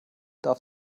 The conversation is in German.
darf